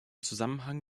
zusammenhang